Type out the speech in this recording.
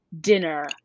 dinner